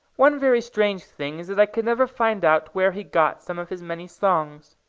one very strange thing is that i could never find out where he got some of his many songs.